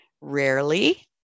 rarely